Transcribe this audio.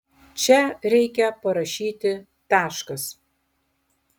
čia reikia parašyti taškas